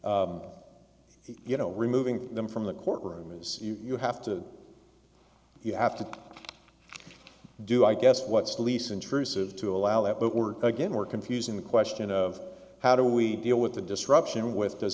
you know removing them from the courtroom as you have to you have to do i guess what's the least intrusive to allow that but we're again we're confusing the question of how do we deal with the disruption